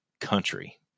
country